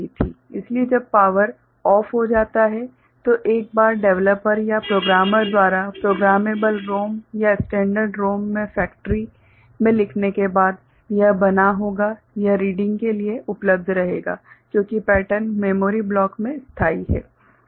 इसलिए जब पावर बंद हो जाता है तो एक बार डेवलपर या प्रोग्रामर द्वारा प्रोग्रामेबल ROM या स्टैंडर्ड ROM में फेक्टरी में लिखने के बाद यह बना रहेगा यह रीडिंग के लिए उपलब्ध रहेगा क्योंकि पैटर्न मेमोरी ब्लॉक में स्थाई है